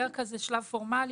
זה שלב פורמלי,